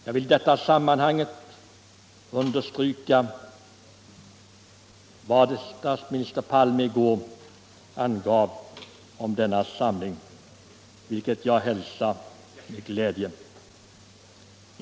Jag vill i detta sammanhang understryka vad statsminister Palme i går angav om en sådan samling, vilket jag hälsar med glädje.